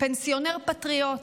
פנסיונר פטריוט.